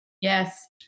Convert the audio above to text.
Yes